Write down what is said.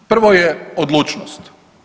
Prvo je odlučnost.